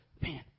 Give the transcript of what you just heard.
man